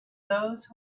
those